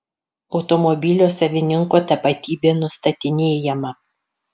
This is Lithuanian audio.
automobilio savininko tapatybė nustatinėjama